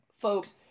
folks